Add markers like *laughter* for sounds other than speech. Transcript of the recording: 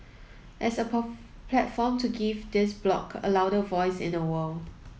as a *unintelligible* platform to give this bloc a louder voice in the world